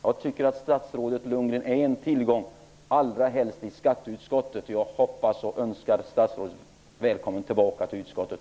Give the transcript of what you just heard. Jag tycker att statsrådet Lundgren är en tillgång, allra helst i skatteutskottet. Jag hoppas och önskar statsrådet välkommen tillbaka till utskottet!